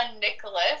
Nicholas